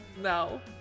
No